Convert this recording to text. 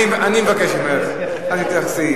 אני מבקש ממך, אל תתייחסי.